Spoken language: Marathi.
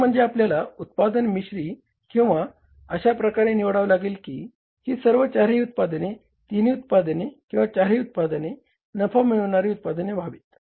प्रथम म्हणजे आपल्याला उत्पादन मिश्रि अशा प्रकारे निवडावे लागेल की ही सर्व चारही उत्पादने तिन्ही उत्पादने किंवा चारही उत्पादने नफा मिळवणारी उत्पादने व्हावीत